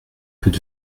peut